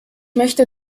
möchte